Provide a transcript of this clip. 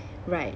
right